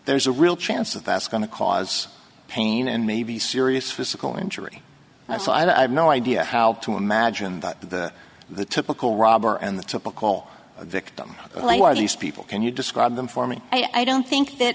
there's a real chance that that's going to cause pain and maybe serious physical injury so i've no idea how to imagine that the typical robber and the typical victim are these people can you describe them for me i don't think that